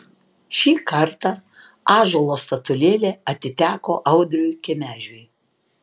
šį kartą ąžuolo statulėlė atiteko audriui kemežiui